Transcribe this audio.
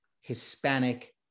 Hispanic